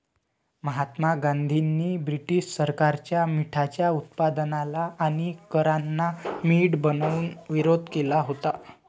महात्मा गांधींनी ब्रिटीश सरकारच्या मिठाच्या उत्पादनाला आणि करांना मीठ बनवून विरोध केला होता